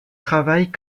travaille